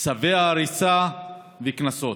צווי ההריסה והקנסות,